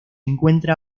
encuentra